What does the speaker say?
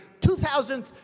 2,000